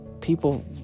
people